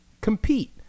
Compete